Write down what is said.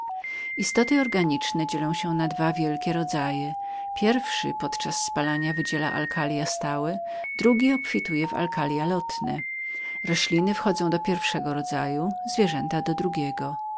naturze istoty organiczne dzielą się na dwa wielkie rodzaje pierwszy więcej palny wydaje alkalia stałe drugi obfituje w alkalia lotne rośliny wchodzą do pierwszego rodzaju zwierzęta do drugiego